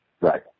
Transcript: Right